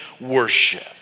worship